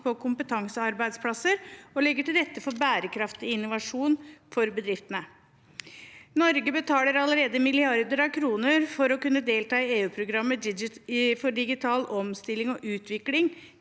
på kompetansearbeidsplasser – og legger til rette for bærekraftig innovasjon for bedriftene. Norge betaler allerede milliarder av kroner for å kunne delta i EU-programmet for digital omstilling og utvikling,